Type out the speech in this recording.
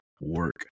work